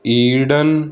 eden